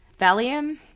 Valium